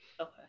Okay